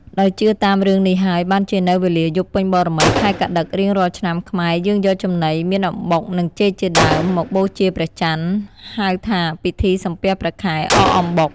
ដោយជឿតាមរឿងនេះហើយ បានជានៅវេលាយប់ពេញបូរមី ខែកត្តិក រៀងរាល់ឆ្នាំខ្មែរយើងយកចំណី មានអំបុក និងចេកជាដើម មកបូជាព្រះចន្ទ ហៅថាពិធីសំពះព្រះខែ អកអំបុក